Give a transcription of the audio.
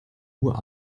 uhr